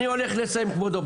אני הולך לסיים כבודו,